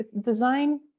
design